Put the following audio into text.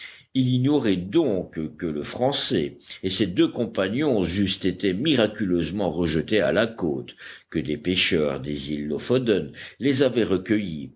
il ignorait donc que le français et ses deux compagnons eussent été miraculeusement rejetés à la côte que des pêcheurs des îles loffoden les avaient recueillis